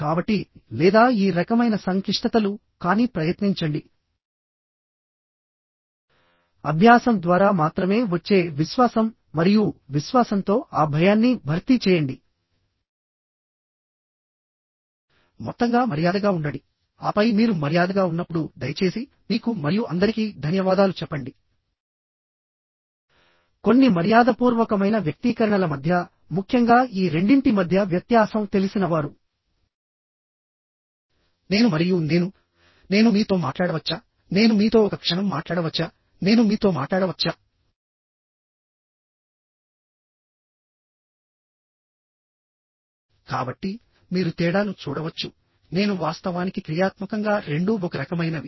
కాబట్టి లేదా ఈ రకమైన సంక్లిష్టతలు కానీ ప్రయత్నించండి అభ్యాసం ద్వారా మాత్రమే వచ్చే విశ్వాసం మరియు విశ్వాసంతో ఆ భయాన్ని భర్తీ చేయండి మొత్తంగా మర్యాదగా ఉండండి ఆపై మీరు మర్యాదగా ఉన్నప్పుడు దయచేసి మీకు మరియు అందరికీ ధన్యవాదాలు చెప్పండి కొన్ని మర్యాదపూర్వకమైన వ్యక్తీకరణల మధ్య ముఖ్యంగా ఈ రెండింటి మధ్య వ్యత్యాసం తెలిసిన వారు నేను మరియు నేను నేను మీతో మాట్లాడవచ్చా నేను మీతో ఒక క్షణం మాట్లాడవచ్చా నేను మీతో మాట్లాడవచ్చా కాబట్టి మీరు తేడాను చూడవచ్చు నేను వాస్తవానికి క్రియాత్మకంగా రెండూ ఒక రకమైనవి